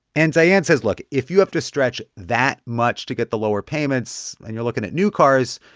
and diane says, look. if you have to stretch that much to get the lower payments and you're looking at new cars,